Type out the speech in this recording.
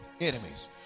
enemies